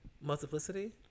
multiplicity